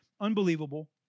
Unbelievable